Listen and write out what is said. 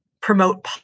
promote